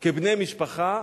כבני משפחה,